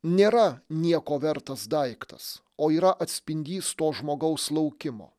nėra nieko vertas daiktas o yra atspindys to žmogaus laukimo